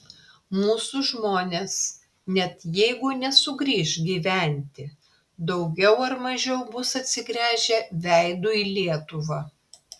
mūsų žmonės net jeigu nesugrįš gyventi daugiau ar mažiau bus atsigręžę veidu į lietuvą